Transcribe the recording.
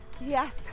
Yes